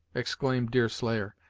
exclaimed deerslayer,